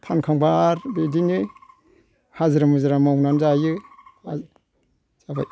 फानखांबा आरो बिदिनो हाजिरा मुजिरा मावनानै जायो आरो जाबाय